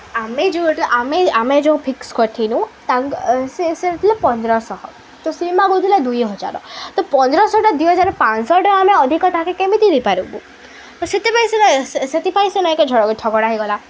ଆମେ ଯୋଉ ଆମେ ଆମେ ଯୋଉ ଫିକ୍ସ୍ କରିଥିନୁ ତାଙ୍କ ସେ ସେଥିଲେ ପନ୍ଦର ଶହ ତ ସିନମା କହୁଥିଲା ଦୁଇ ହଜାର ତ ପନ୍ଦରଶହଟା ଦିଇ ହଜାର ପାଞ୍ଚ ଶହ ଟଙ୍କା ଆମେ ଅଧିକ ତାଙ୍କେ କେମିତି ଦେଇପାରିବୁ ସେଥିପାଇଁ ସେନ ସେଥିପାଇଁ ସେନ ଏକ ଝଗଡ଼ା ହେଇଗଲା